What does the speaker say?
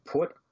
put